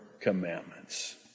commandments